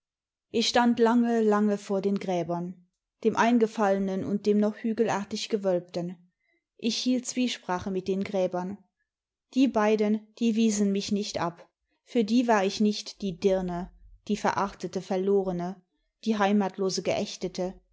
ich stand lange lange vor den gräbern dem eingefallenen und dem noch hügelartig gewölbten ich hielt zwiesprache mit den gräbern die beiden die wiesen mich nicht ab für die war ich nicht die dime die verachtete verlorene die heimatlose geächtete